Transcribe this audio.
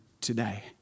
today